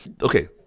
Okay